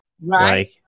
right